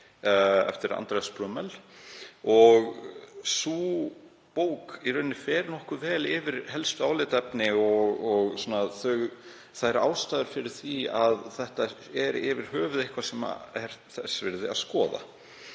eftir Andreas Bummel. Sú bók fer nokkuð vel yfir helstu álitaefni og ástæður fyrir því að þetta sé yfir höfuð eitthvað sem er þess virði að skoða.